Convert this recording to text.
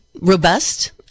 robust